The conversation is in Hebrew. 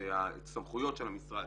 הסמכויות של המשרד